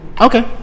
Okay